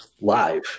live